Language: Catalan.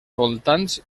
voltants